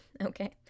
okay